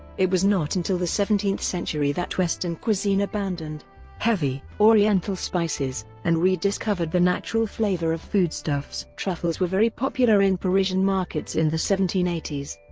it was not until the seventeenth century that western cuisine abandoned heavy oriental spices, and rediscovered the natural flavour of foodstuffs. truffles were very popular in parisian markets in the seventeen eighty s.